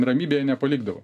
ramybėje nepalikdavo